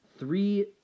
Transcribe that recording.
three